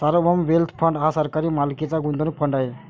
सार्वभौम wealth fund हा सरकारी मालकीचा गुंतवणूक फंड आहे